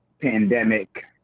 pandemic